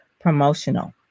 promotional